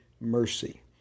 mercy